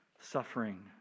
suffering